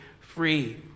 free